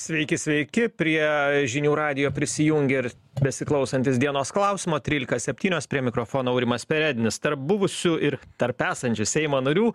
sveiki sveiki prie žinių radijo prisijungė ir besiklausantys dienos klausimo trylika septynios prie mikrofono aurimas perednis tarp buvusių ir tarp esančių seimo narių